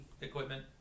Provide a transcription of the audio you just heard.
equipment